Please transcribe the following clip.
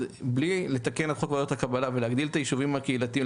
אז בלי לתקן את חוק ועדות הקבלה ולהגדיל את הישובים הקהילתיים,